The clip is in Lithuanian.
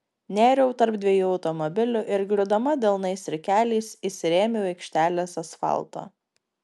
nėriau tarp dviejų automobilių ir griūdama delnais ir keliais įsirėmiau į aikštelės asfaltą